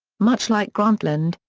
much like grantland,